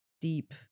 deep